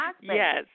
Yes